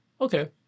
okay